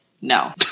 no